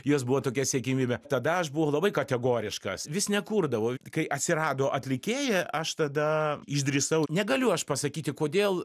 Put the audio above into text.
jos buvo tokia siekiamybė tada aš buvau labai kategoriškas vis nekurdavau kai atsirado atlikėja aš tada išdrįsau negaliu aš pasakyti kodėl